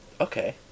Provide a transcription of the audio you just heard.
Okay